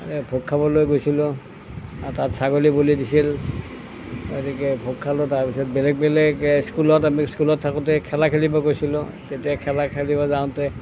ভোগ খাবলৈ গৈছিলোঁ আৰু তাত ছাগলী বলী দিছিল গতিকে ভোগ খালোঁ তাৰ পিছত বেলেগ বেলেগ স্কুলত আমি স্কুলত থাকোঁতে খেলা খেলিব গৈছিলোঁ তেতিয়া খেলা খেলিব যাওঁতে